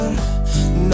Now